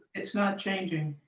it's not changing.